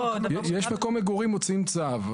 יש מקום מגורים, מוציאים צו.